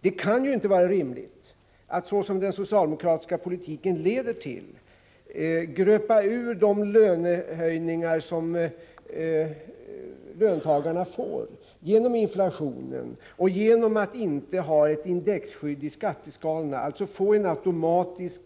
Det kan inte vara rimligt att, som man gör genom den socialdemokratiska politiken, gröpa ur löntagarnas lönehöjningar genom att låta inflationen påverka dem och genom att inte ha ett indexskydd i skatteskalorna. Det gör att löntagarna får en automatisk,